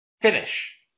finish